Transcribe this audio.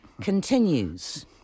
continues